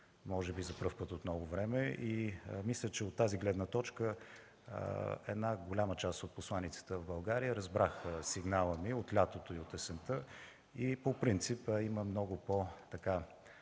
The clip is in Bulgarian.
може би за пръв път от много време. Мисля, че от тази гледна точка голяма част от посланиците в България разбраха сигнала ми от лятото и от есента, и по принцип има, така